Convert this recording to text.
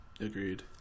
Agreed